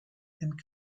and